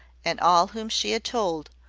and all whom she had told,